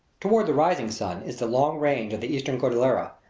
toward the rising sun is the long range of the eastern cordillera,